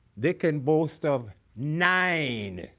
they can boast of nine